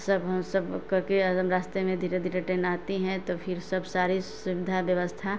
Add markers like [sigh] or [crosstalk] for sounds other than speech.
सब हम सब अब करके ही [unintelligible] रास्ते में धीरे धीरे ट्रेन आती हैं तो फिर सब सारी सुविधा व्यवस्था